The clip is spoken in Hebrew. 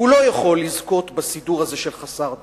הוא לא יכול לזכות בסידור הזה של חסר דת.